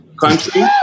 country